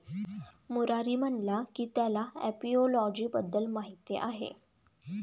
मुरारी म्हणाला की त्याला एपिओलॉजी बद्दल माहीत आहे